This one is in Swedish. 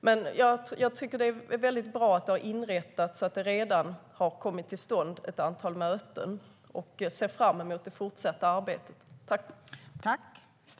Men jag tycker att det är väldigt bra att det har inrättats och att det redan har kommit till stånd ett antal möten. Jag ser fram emot det fortsatta arbetet.